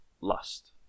lust